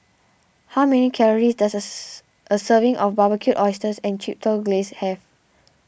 how many calories does a a serving of Barbecued Oysters Chipotle Glaze have